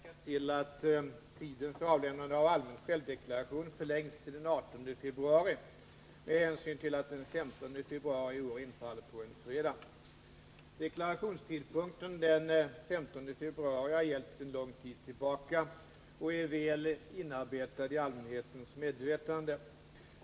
Herr talman! Anna Eliasson har frågat mig om jag är beredd att medverka till att tiden för avlämnande av allmän självdeklaration förlängs till den 18 februari med hä Deklarationstidpunkten den 15 februari gäller sedan lång tid tillbaka och är väl inarbetad i allmänhetens medvetande.